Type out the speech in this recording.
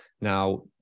now